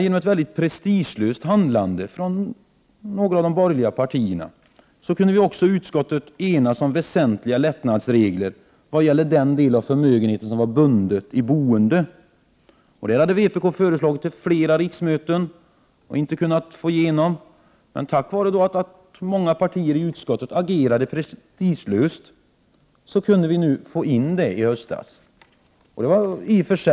Genom ett mycket prestigelöst handlande från några av de borgerliga partierna kunde utskottet enas om väsentliga lättnadsregler vad gällde den delen av förmögenheten som var bunden i boende. Det har vpk föreslagit under flera riksmöten men inte kunnat få igenom. Men tack vare att många partier i utskottet agerade prestigelöst kunde vi få in det i betänkandet i höstas.